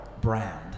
brand